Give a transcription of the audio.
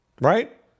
right